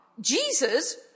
Jesus